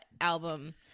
album